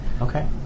Okay